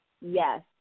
yes